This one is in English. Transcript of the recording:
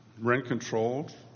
rent-controlled